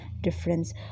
difference